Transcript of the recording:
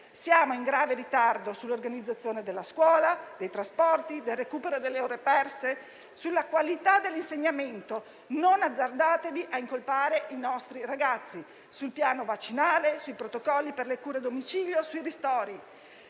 Siamo in grave ritardo sull'organizzazione della scuola e dei trasporti, sul recupero delle ore perse, sulla qualità dell'insegnamento (non azzardatevi a incolpare i nostri ragazzi), sul piano vaccinale, sui protocolli per le cure a domicilio e sui ristori.